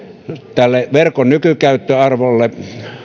tälle verkon nykykäyttöarvolle